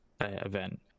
event